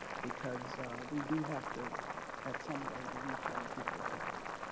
because we do have to have some way to reach young people where they are.